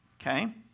Okay